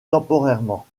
temporairement